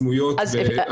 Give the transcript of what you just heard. סמויות ועקיפות.